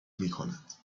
میکند